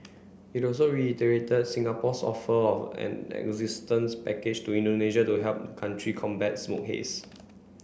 it also reiterated Singapore's offer of an assistance package to Indonesia to help country combat smoke haze